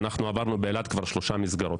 עברה כבר שלוש מסגרות.